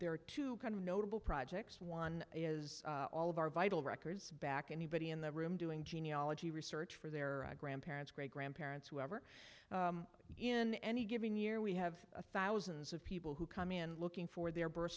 are two kind of notable projects one is all of our vital records back anybody in the room doing genealogy research for their grandparents great grandparents who ever in any given year we have thousands of people who come in looking for their birth